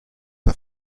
her